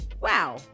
wow